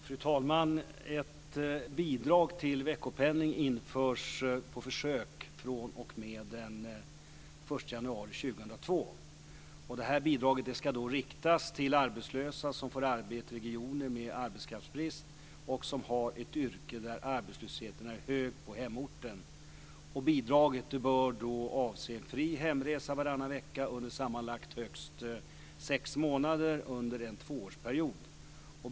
Fru talman! Ett bidrag till veckopendling införs på försök fr.o.m. den 1 januari 2002. Det här bidraget ska riktas till arbetslösa som får arbete i regioner med arbetskraftsbrist och som har yrken där arbetslösheten är hög på hemorten. Bidraget bör avse fri hemresa varannan vecka under sammanlagt högst sex månader under en tvåårsperiod.